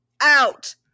out